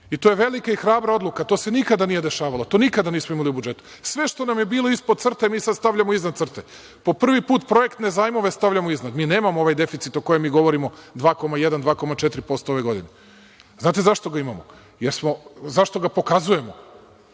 To je velika i hrabra odluka. To se nikada nije dešavalo. To nikada nismo imali u budžetu. Sve što nam je bilo ispod crte, mi sada stavljamo iznad crte. Po prvi put projektne zajmove stavljamo iznad. Nemamo ovaj deficit o kojem govorimo, 2,1%, 2,4% ove godine. Znate li zašto ga imamo? Zašto ga pokazujemo?